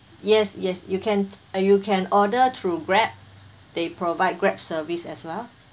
yes yes you can uh you can order through grab they provide grab service as well